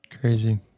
crazy